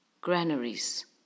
Granaries